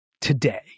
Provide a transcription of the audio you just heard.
today